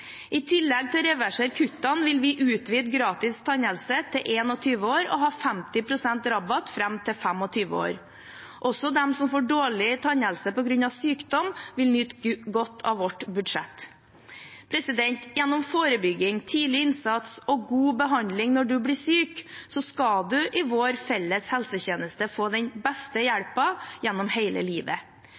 I tillegg til å reversere kuttene vil vi utvide gratis tannhelse til 21 år og ha 50 pst. rabatt fram til 25 år. Også de som får dårlig tannhelse på grunn av sykdom, vil nyte godt av vårt budsjett. Gjennom forebygging, tidlig innsats og god behandling når man blir syk, skal en i vår felles helsetjeneste få den beste hjelpen gjennom hele livet.